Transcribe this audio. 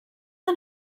and